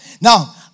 Now